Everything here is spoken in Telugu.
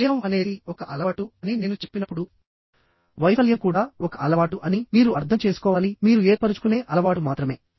విజయం అనేది ఒక అలవాటు అని నేను చెప్పినప్పుడు వైఫల్యం కూడా ఒక అలవాటు అని మీరు అర్థం చేసుకోవాలి మీరు ఏర్పరుచుకునే అలవాటు మాత్రమే